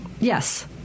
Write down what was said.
Yes